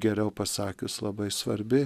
geriau pasakius labai svarbi